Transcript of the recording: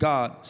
God